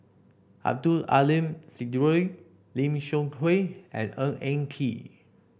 Abdul Aleem Siddique Lim Seok Hui and Ng Eng Kee